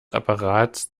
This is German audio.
apparats